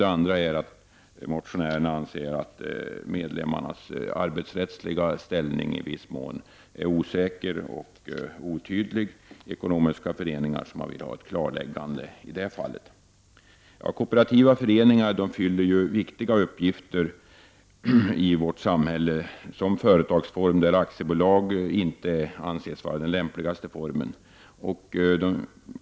Den andra handlar om att motionärerna anser att medlemmarnas arbetsrättsliga ställning i viss mån är osäker och otydlig. Motionärerna vill ha ett klarläggande i denna fråga. Koopertiva föreningar fyller ju viktiga uppgifter i vårt samhälle i sådana sammanhang då aktiebolag inte är den lämpligaste formen att bedriva verksamheten i.